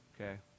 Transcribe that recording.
okay